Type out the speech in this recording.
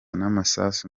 n’amasasu